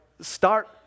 start